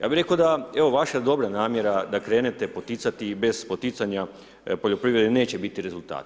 Ja bi rekao da, evo vaša dobra namjera, da krenete poticati i bez poticanja poljoprivrede, neće biti rezultata.